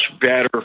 better